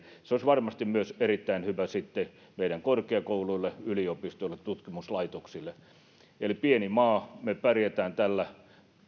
se olisi varmasti myös erittäin hyvä meidän korkeakouluillemme yliopistoille ja tutkimuslaitoksille olemme pieni maa mutta me pärjäämme tällä